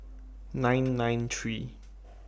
nine nine three